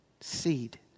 seed